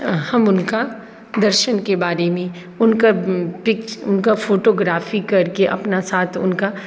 हम हुनका दर्शनके बारेमे हुनकर पिक हुनकर फोटोग्राफी करके अपना साथ हुनका